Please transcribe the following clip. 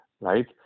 right